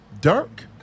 Dirk